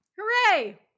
Hooray